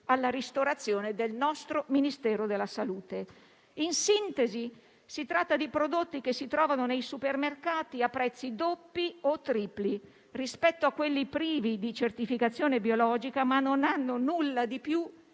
alla ristorazione del nostro Ministero della salute. In sintesi, si tratta di prodotti che si trovano nei supermercati a prezzi doppi o tripli rispetto a quelli privi di certificazione biologica, ma che non hanno nulla di più